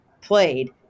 played